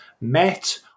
met